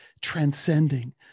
transcending